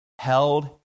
held